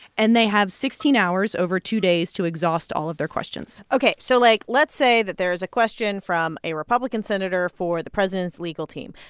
and they have sixteen hours over two days to exhaust all of their questions ok. so, like, let's say that there is a question from a republican senator for the president's legal team.